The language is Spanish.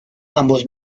ambos